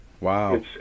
Wow